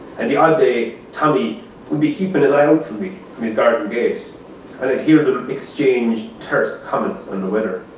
and the odd day tommy would be keeping an eye for me from his garden gate. and i'd hear them exchange terse comments on the weather.